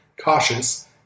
cautious